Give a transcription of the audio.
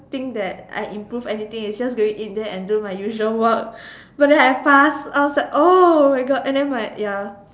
think that I improved anything it's just going in there and do my usual work but then I passed I was like oh my god and then my ya